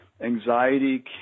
Anxiety